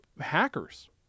hackers